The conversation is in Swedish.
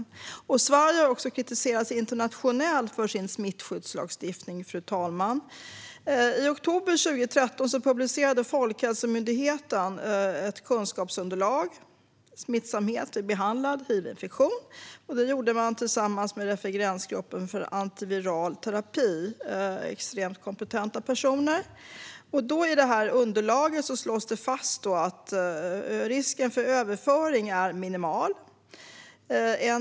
Fru talman! Sverige har också kritiserats internationellt för sin smittskyddslagstiftning. I oktober 2013 publicerade Folkhälsomyndigheten ett kunskapsunderlag, Smittsamhet vid behandlad hivinfektion . Det gjorde man tillsammans med Referensgruppen för antiviral terapi. Det är extremt kompetenta personer. I underlaget slås det fast att risken för överföring är minimal.